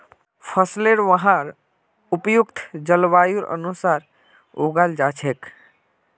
फसलेर वहार उपयुक्त जलवायुर अनुसार उगाल जा छेक